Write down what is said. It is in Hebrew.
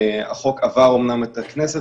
אומנם החוק עבר את הכנסת,